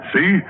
See